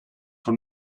von